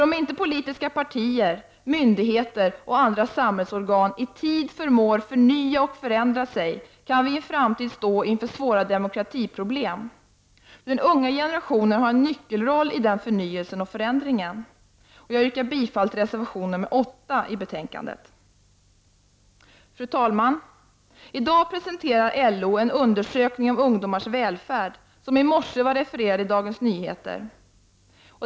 Om inte politiska partier, myndigheter och andra samhällsorgan i tid förmår förnya och förändra sig kan vi i en framtid stå inför svåra demokratiproblem. Den unga generationen har en nyckelroll i den förnyelsen och förändringen. Jag yrkar bifall till reservation nr 8 i kulturutskottets betänkande. Fru talman! I dag presenterar LO en undersökning om ungdomars välfärd som i morse var refererad i Dagens Nyheter.